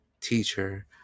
teacher